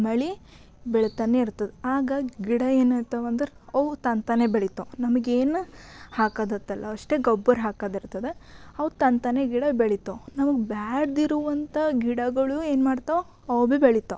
ಮಳೆ ಬೀಳ್ತಾನೆ ಇರ್ತದೆ ಆಗ ಗಿಡ ಏನಾಗುತ್ತೆ ಅಂದ್ರೆ ಅವು ತಂತಾನೆ ಬೆಳಿತಾವೆ ನಮಗೇನು ಹಾಕೋದತ್ತಲ್ಲ ಅಷ್ಟೇ ಗೊಬ್ಬರ ಹಾಕೋದಿರ್ತದೆ ಅವು ತಂತಾನೆ ಗಿಡ ಬೆಳೀತಾವೆ ನಮಗೆ ಬೇಡ್ದಿರೊವಂಥ ಗಿಡಗಳು ಏನು ಮಾಡ್ತಾವೆ ಅವು ಭೀ ಬೆಳೀತಾವೆ